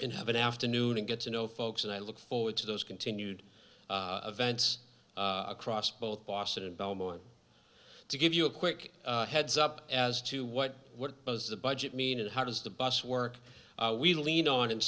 and have an afternoon and get to know folks and i look forward to those continued vents across both boston and belmont to give you a quick heads up as to what what does the budget mean and how does the bus work we lean on and